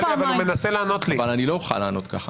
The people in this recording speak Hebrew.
אני לא אוכל לענות ככה.